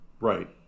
right